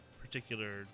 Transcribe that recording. particular